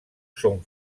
són